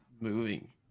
moving